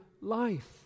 life